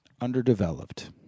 Underdeveloped